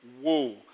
whoa